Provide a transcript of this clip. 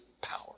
power